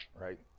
right